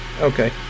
Okay